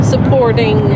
supporting